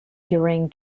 during